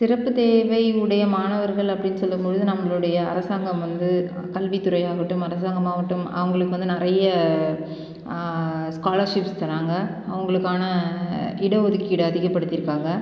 சிறப்புத்தேவை உடைய மாணவர்கள் அப்படின்னு சொல்லும் பொழுது நம்மளுடைய அரசாங்கம் வந்து கல்வித்துறை ஆகட்டும் அரசாங்கம் ஆகட்டும் அவங்களுக்கு வந்து நிறைய ஸ்காலர்ஷிப்ஸ் தராங்க அவங்களுக்கான இட ஒதிக்கீடு அதிகப்படுத்திருக்காங்கள்